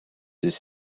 des